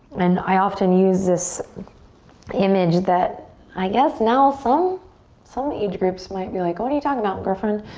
and i often use this image that i guess now some some age groups might be like, what are you talking about, girlfriend?